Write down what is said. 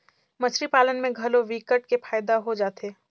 मछरी पालन में घलो विकट के फायदा हो जाथे